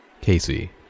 Casey